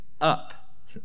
up